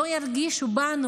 לא ירגישו בנו,